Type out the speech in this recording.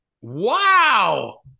Wow